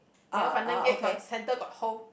you know pandan cake got center got hole